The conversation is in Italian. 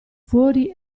fuori